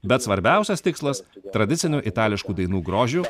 bet svarbiausias tikslas tradicinių itališkų dainų grožiu